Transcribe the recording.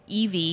EV